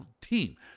team